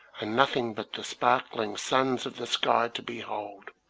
and nothing but the sparkling suns of the sky to behold,